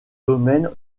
domaines